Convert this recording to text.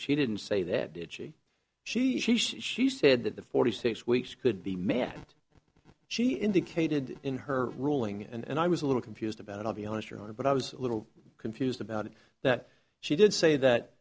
she didn't say that did she she she she said that the forty six weeks could be met and she indicated in her ruling and i was a little confused about it i'll be honest your honor but i was a little confused about it that she did say that